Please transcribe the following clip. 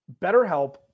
BetterHelp